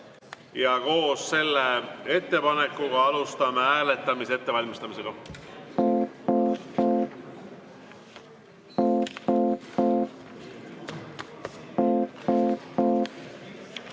Koos selle ettepanekuga alustame hääletamise ettevalmistamist.